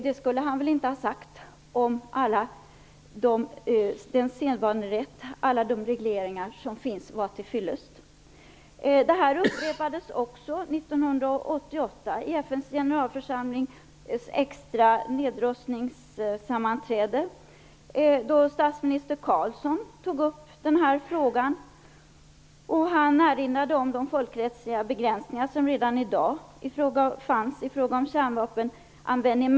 Det skulle han inte ha sagt om sedvanerätten och alla regleringar som finns var till fyllest. Detta upprepades också 1988 vid FN:s generalförsamlings extra nedrustningssammanträde, då statsminister Carlsson tog upp denna fråga. Han erinrade om de folkrättsliga begränsningar som redan i dag finns i fråga om kärnvapenanvändningen.